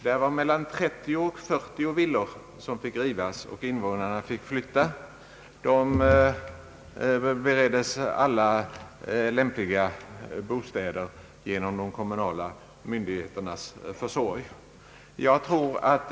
Då fick 30—40 villor rivas och invånarna fick flytta. De bereddes alla lämpliga bostäder genom de kommunala myndigheternas försorg.